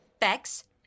Bex